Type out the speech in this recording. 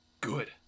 Good